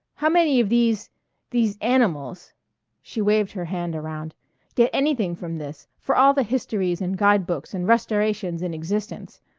how many of these these animals she waved her hand around get anything from this, for all the histories and guide-books and restorations in existence?